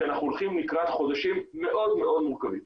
כי אנחנו הולכים לקראת חודשים מאוד מאוד מורכבים.